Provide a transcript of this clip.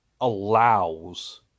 allows